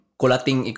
kulating